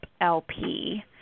LP